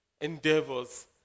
endeavors